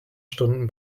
stunden